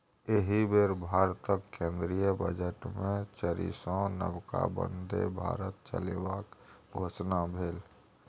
एहि बेर भारतक केंद्रीय बजटमे चारिसौ नबका बन्दे भारत चलेबाक घोषणा भेल